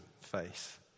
faith